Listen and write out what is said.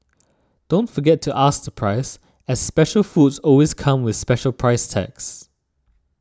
don't forget to ask the price as special foods always come with special price tags